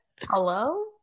Hello